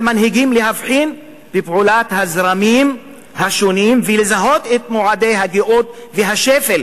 על מנהיגים להבחין בפעולת הזרמים השונים ולזהות את מועדי הגאות והשפל.